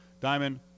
diamond